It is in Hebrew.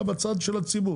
לא בצד של הרוקח.